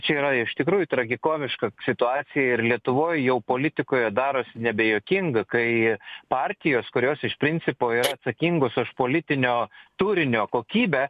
čia yra iš tikrųjų tragikomiška situacija ir lietuvoj jau politikoje darosi nebejuokinga kai partijos kurios iš principo yra atsakingos už politinio turinio kokybę